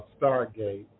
Stargate